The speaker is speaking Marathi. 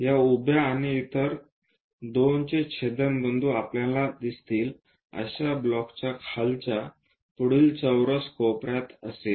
या उभ्या आणि इतर दोनचे छेदनबिंदू आपल्याला दिसतील अशा ब्लॉकच्या खालच्या पुढील चौरस कोपऱ्यात असेल